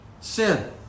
sin